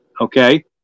Okay